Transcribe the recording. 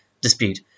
dispute